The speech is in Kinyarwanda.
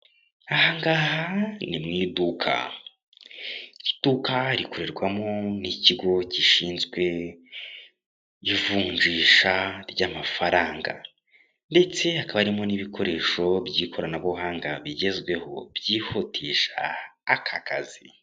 Aha ngaha ni mu iduka, iduka rikorerwamo n'ikigo gishinzwe ivunjisha ry'amafaranga, ndetse hakaba harimo n'ibikoresho by'ikoranabuhanga bigezweho byihutisha aka kazi.